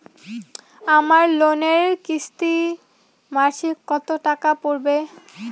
আমার লোনের কিস্তি মাসিক কত টাকা পড়বে?